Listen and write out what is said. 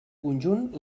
conjunt